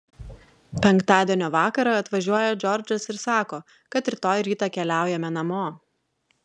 penktadienio vakarą atvažiuoja džordžas ir sako kad rytoj rytą keliaujame namo